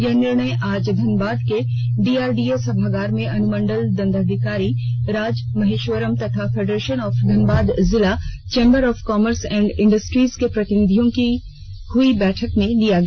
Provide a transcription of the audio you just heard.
यह निर्णय आज धनबाद के डीआरडीए सभागार में अनुमंडल दंडाधिकारी राज महेश्वरम तथा फेडरेशन ऑफ धनबाद जिला chamber of commerce and industries के प्रतिनिधियों की हुई बैठक में लिया गया